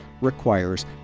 requires